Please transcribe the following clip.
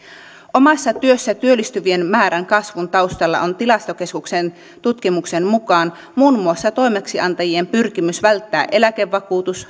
omassa työssä työllistyvien määrän kasvun taustalla on tilastokeskuksen tutkimuksen mukaan muun muassa toimeksiantajien pyrkimys välttää eläkevakuutus